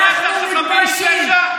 חבר הכנסת אבו שחאדה.